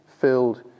filled